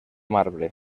marbre